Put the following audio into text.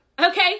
okay